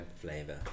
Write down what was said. Flavor